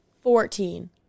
fourteen